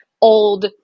old